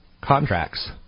contracts